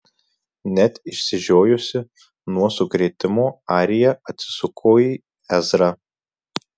net išsižiojusi nuo sukrėtimo arija atsisuko į ezrą